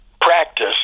practice